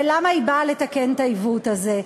ולמה היא באה לתקן את העיוות הזה?